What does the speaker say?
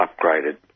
upgraded